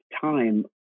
time